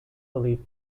believe